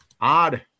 odd